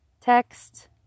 text